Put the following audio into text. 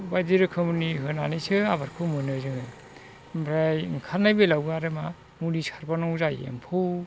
बायदि रोखोमनि होनानैसो आबादखौ मोनो जोङो ओमफ्राय ओंखारनाय बेलायावबो आरो मा मुलि सारबाव नांगौ जायो एम्फौ